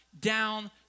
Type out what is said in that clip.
down